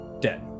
dead